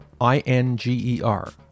I-N-G-E-R